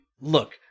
look